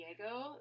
Diego